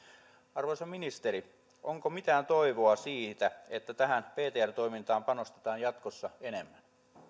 arvoisa ministeri onko mitään toivoa siitä että tähän ptr toimintaan panostetaan jatkossa enemmän